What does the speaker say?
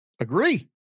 Agree